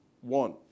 one